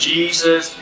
Jesus